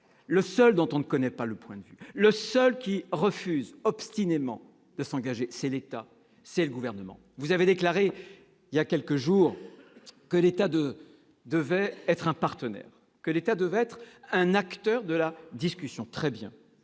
le seul dont on ne connaît pas le point de vue, le seul qui refuse obstinément de s'engager, c'est l'État ; c'est le Gouvernement ! Vous avez déclaré voilà quelques jours que l'État devait être un partenaire et un acteur de la discussion. Très bien